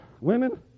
Women